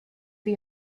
for